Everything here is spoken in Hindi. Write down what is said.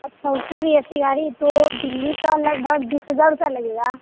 अच्छा उसमें भी ए सी गाड़ी तो दिल्ली का लगभग बीस हज़ार रुपये लगेगा